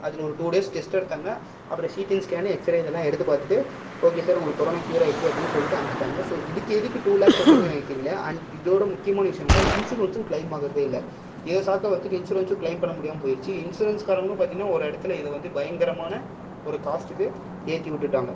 அதில் ஒரு two days test எடுத்தாங்க அப்புறம் சிடிஎன் ஸ்கேனு எக்ஸ்ரே இதெல்லாம் எடுத்து பார்த்துட்டு ஓகே சார் உங்களுக்கு கொரோனா க்யூர் ஆயிடித்து அப்படின்னு சொல்லிவிட்டு அனுப்பிச்சிட்டாங்க ஸோ இதுக்கு எதுக்கு டூ லேக்ஸ் அப்படின்னு எனக்கு தெரியல அண்ட் இதோட முக்கியமான விஷயம் என்னென்னால் இன்சூரன்ஸும் கிளைம் ஆகுறதே இல்லை இதை சாக்காக வச்சிட்டு இன்சூரன்ஸும் கிளைம் பண்ண முடியாமல் போய்டுச்சு இன்சூரன்ஸ்காரங்களும் பார்த்தீங்கன்னா ஒரு இடத்துல இதை வந்து பயங்கரமான ஒரு காஸ்ட்டுக்கு ஏற்றி விட்டுட்டாங்க